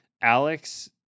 Alex